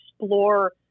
explore